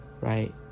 right